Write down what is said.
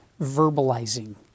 verbalizing